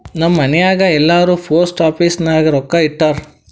ನಮ್ ಮನ್ಯಾಗ್ ಎಲ್ಲಾರೂ ಪೋಸ್ಟ್ ಆಫೀಸ್ ನಾಗ್ ರೊಕ್ಕಾ ಇಟ್ಟಾರ್